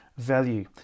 value